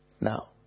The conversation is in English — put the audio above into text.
Now